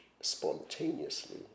spontaneously